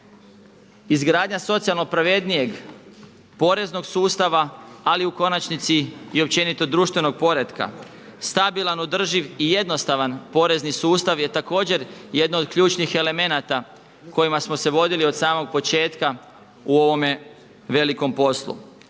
izgradnja socijalno pravednijeg poreznog sustava ali u konačnici i općenito društvenog poretka. Stabilan, održiv i jednostavan porezni sustav je također jedan od ključnih elemenata kojima smo se vodili od samog početka u ovome velikom poslu.